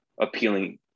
appealing